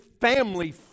family